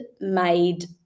made